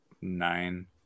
nine